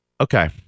okay